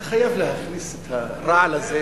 אתה חייב להכניס את הרעל הזה?